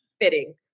Fitting